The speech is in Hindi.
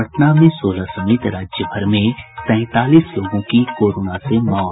पटना में सोलह समेत राज्यभर में तैंतालीस लोगों की कोरोना से मौत